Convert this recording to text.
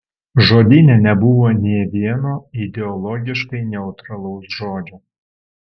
žodyne nebuvo nė vieno ideologiškai neutralaus žodžio